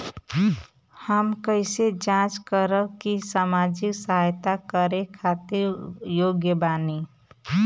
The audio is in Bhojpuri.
हम कइसे जांच करब की सामाजिक सहायता करे खातिर योग्य बानी?